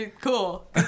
cool